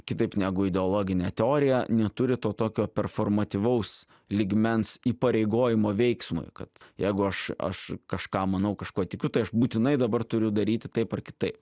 kitaip negu ideologinė teorija neturi to tokio performatyvaus lygmens įpareigojimo veiksmui kad jeigu aš aš kažką manau kažkuo tikiu tai aš būtinai dabar turiu daryti taip ar kitaip